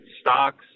stocks